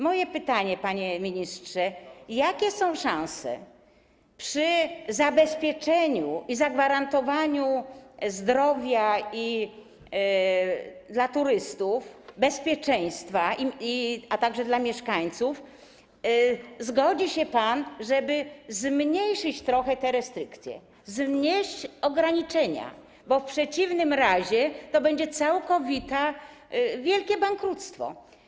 Moje pytanie, panie ministrze: Jakie są szanse przy zabezpieczeniu i zagwarantowaniu tego, jeżeli chodzi o zdrowie, bezpieczeństwo turystów, a także mieszkańców, że zgodzi się pan, żeby zmniejszyć trochę te restrykcje, znieść ograniczenia, bo w przeciwnym razie to będzie całkowite, wielkie bankructwo?